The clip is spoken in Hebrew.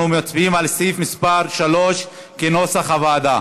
אנחנו מצביעים על סעיף מס' 3, כנוסח הוועדה.